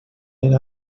era